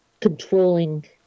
controlling